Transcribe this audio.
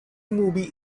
movie